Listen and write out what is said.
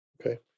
Okay